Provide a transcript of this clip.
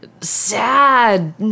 sad